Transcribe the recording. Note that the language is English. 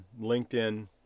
LinkedIn